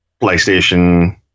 PlayStation